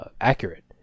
accurate